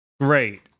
Great